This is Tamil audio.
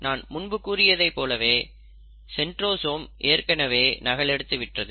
நான் முன்பு கூறியதைப் போலவே சென்ட்ரோசோமும் ஏற்கனவே நகல் எடுத்து விட்டது